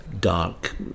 dark